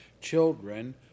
children